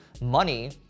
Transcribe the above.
money